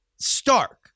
stark